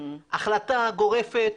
החלטה גורפת,